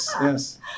Yes